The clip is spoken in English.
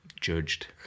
judged